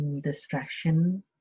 distraction